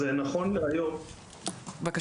יש שני היבטים, לפחות ממה שאני